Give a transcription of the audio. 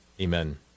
Amen